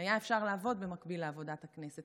היה אפשר לעבוד במקביל לעבודת הכנסת.